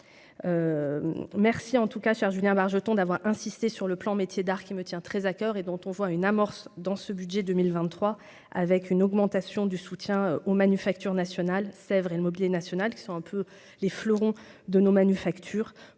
merci en tout cas, Julien Bargeton, d'avoir insisté sur le plan métiers d'art qui me tient très à coeur et dont on voit une amorce dans ce budget 2023, avec une augmentation du soutien aux manufactures nationales Sèvres et le Mobilier national, qui sont un peu les fleurons de nos manufactures